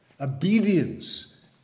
obedience